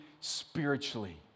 spiritually